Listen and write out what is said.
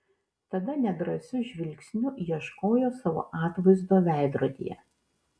tada nedrąsiu žvilgsniu ieškojo savo atvaizdo veidrodyje